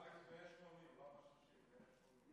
אלכס,